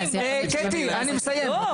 קטי אני מסיים,